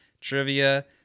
trivia